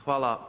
Hvala.